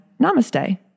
namaste